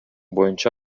боюнча